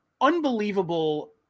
unbelievable